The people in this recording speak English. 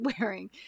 wearing